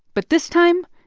but this time,